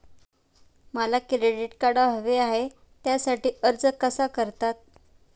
मला credit card हवे आहे त्यासाठी अर्ज कसा करतात?